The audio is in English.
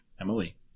Emily